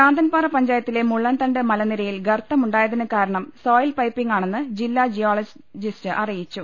ശാന്തൻപാറ പഞ്ചായത്തിലെ മുള്ളൻതണ്ട് മലനിരയിൽ ഗർത്തം ഉണ്ടായതിന് കാരണം സോയിൽ പൈപ്പിങ്ങ് ആണെന്ന് ജില്ലാ ജിയോ ളജിസ്റ്റ് അറിയിച്ചു